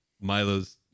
Milo's